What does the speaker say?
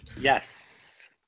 Yes